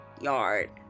yard